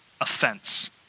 offense